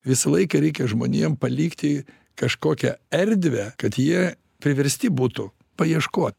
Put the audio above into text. visą laiką reikia žmonėm palikti kažkokią erdvę kad jie priversti būtų paieškot